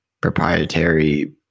proprietary